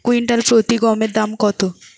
Quintal প্রতি গমের দাম কত?